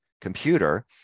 computer